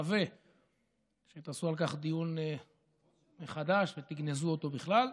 מקווה שתעשו על כך דיון מחדש ותגנזו אותו בכלל.